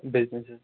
business حظ